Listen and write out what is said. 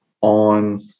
on